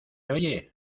oye